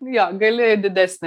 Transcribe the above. jo gali didesnį